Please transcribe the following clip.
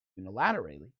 unilaterally